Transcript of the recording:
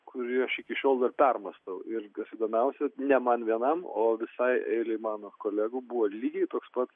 kurį aš iki šiol dar permąstau ir kas įdomiausia ne man vienam o visai eilei mano kolegų buvo lygiai toks pat